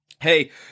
Hey